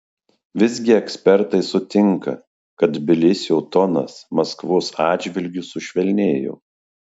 visgi ekspertai sutinka kad tbilisio tonas maskvos atžvilgiu sušvelnėjo